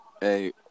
hey